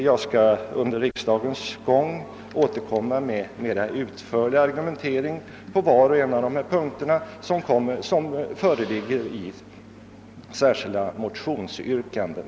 Jag skall under riksdagens gång återkomma med en mer utförlig argumentering på var och en av dessa punkter, varom det föreligger särskilda motionsyrkanden.